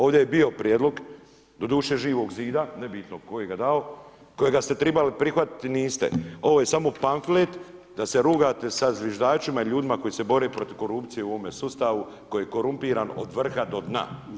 Ovdje je bio prijedlog, doduše Živog zida, nebitno tko je ga dao, kojega ste trebali prihvatiti, niste, ovo je samo pamflet da se rugate sa zviždačima i ljudima koji se bore protiv korupcije u ovom sustavu koji je korumpiran od vrha do dna.